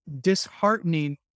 disheartening